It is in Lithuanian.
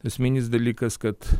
esminis dalykas kad